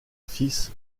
fils